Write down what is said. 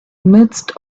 midst